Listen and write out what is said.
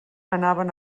anaven